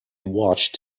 watched